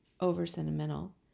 over-sentimental